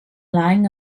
laying